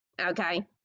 Okay